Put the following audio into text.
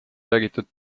räägitud